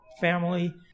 family